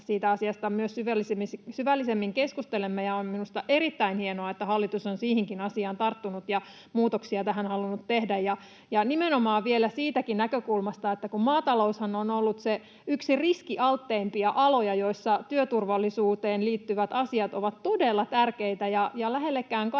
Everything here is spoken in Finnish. siitä asiasta myös syvällisemmin keskustelemme. Minusta on erittäin hienoa, että hallitus on siihenkin asiaan tarttunut ja muutoksia tähän halunnut tehdä ja nimenomaan vielä siitäkin näkökulmasta, että maataloushan on ollut yksi riskialtteimpia aloja, jolla työturvallisuuteen liittyvät asiat ovat todella tärkeitä, ja enpä usko,